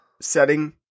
setting